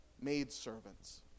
maidservants